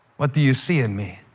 what do you see in me?